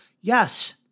Yes